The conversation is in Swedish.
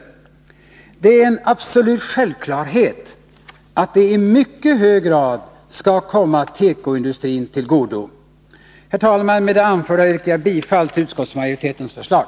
Det är en absolut självklarhet att de i mycket hög grad skall komma tekoindustrin till godo. Herr talman! Med det anförda yrkar jag bifall till utskottsmajoritetens förslag.